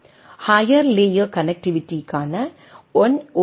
higher layer கனெக்ட்டிவிட்டிற்கான 1 L